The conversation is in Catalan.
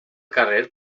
carrer